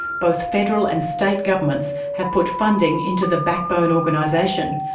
both federal and state governments have put funding into the backbone organisation,